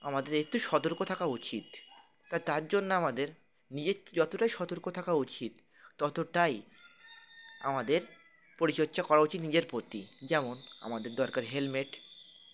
আমাদের একটু সতর্ক থাকা উচিত তাই তার জন্য আমাদের নিজের যতটাই সতর্ক থাকা উচিত ততটাই আমাদের পরিচর্চা করা উচিত নিজের প্রতি যেমন আমাদের দরকার হেলমেট